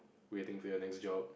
waiting for your next job